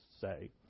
say